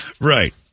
right